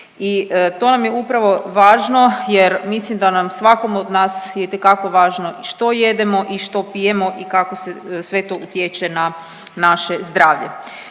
I to vam je upravo važno jer mislim da nam svakom od nas je itekako važno što jedemo i što pijemo i kako se sve to utječe na naše zdravlje.